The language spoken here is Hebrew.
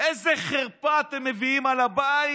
"איזה חרפה אתם מביאים על הבית,